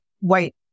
white